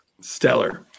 stellar